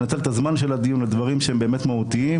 ננצל את הזמן של הדיון לדברים שהם באמת מהותיים,